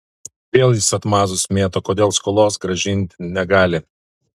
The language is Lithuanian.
vėl jis atmazus mėto kodėl skolos grąžint negali